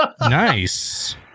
nice